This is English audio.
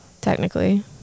technically